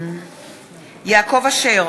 נגד יעקב אשר,